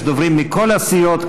יש דוברים מכל הסיעות,